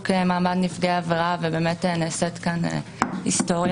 מעמד נפגעי עבירה ובאמת נעשית כאן היסטוריה.